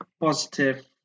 positive